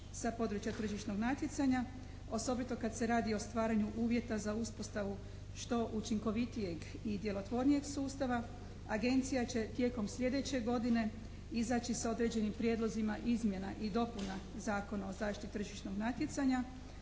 sa područja tržišnog natjecanja osobito kad se radi o stvaranju uvjeta za uspostavu što učinkovitijeg i djelotvornijeg sustava, agencija će tijekom sljedeće godine izaći s određenim prijedlozima izmjena i dopuna Zakona o zaštiti tržišnog natjecanja,